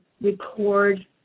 record